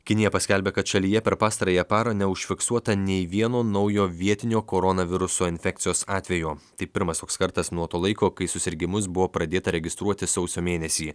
kinija paskelbė kad šalyje per pastarąją parą neužfiksuota nei vieno naujo vietinio koronaviruso infekcijos atvejo tai pirmas toks kartas nuo to laiko kai susirgimus buvo pradėta registruoti sausio mėnesį